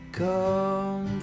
come